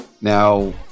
Now